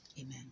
Amen